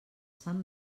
sant